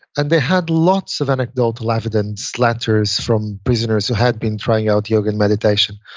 and they had lots of anecdotal evidence, letters from prisoners who had been trying out yoga and meditation.